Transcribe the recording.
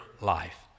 life